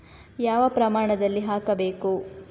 ಯಾವ ಪ್ರಮಾಣದಲ್ಲಿ ಹಾಕಬೇಕು?